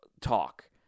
talk